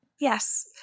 Yes